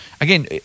Again